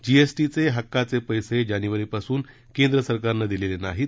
जीएसटीचे हक्काचे पैसे जानेवारीपासून केंद्र सरकारने दिलेले नाहीत